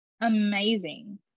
amazing